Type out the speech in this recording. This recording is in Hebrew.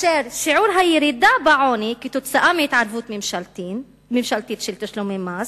שיעור הירידה בעוני כתוצאה מהתערבות ממשלתית של תשלומי מס